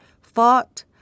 fought